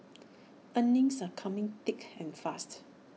earnings some coming thick and fast